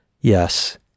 Yes